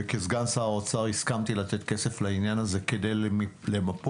וכסגן שר האוצר הסכמתי לתת כסף לעניין הזה כדי למפות.